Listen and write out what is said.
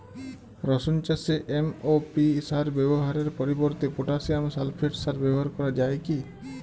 রসুন চাষে এম.ও.পি সার ব্যবহারের পরিবর্তে পটাসিয়াম সালফেট সার ব্যাবহার করা যায় কি?